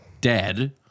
dead